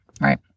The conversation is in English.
right